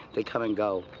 they come and go.